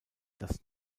das